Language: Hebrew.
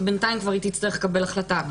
ובינתיים היא תצטרך לקבל החלטה.